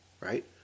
Right